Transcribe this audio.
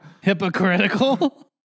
Hypocritical